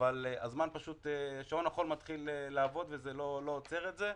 אבל שעון החול מתחיל לעבוד וזה לא עוצר את זה.